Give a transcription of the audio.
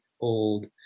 old